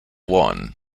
won